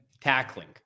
tackling